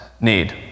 need